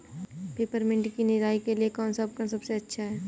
Peppermint की निराई के लिए कौन सा उपकरण सबसे अच्छा है?